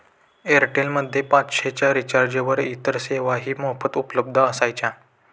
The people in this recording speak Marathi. एअरटेल मध्ये पाचशे च्या रिचार्जवर इतर सेवाही मोफत उपलब्ध असायच्या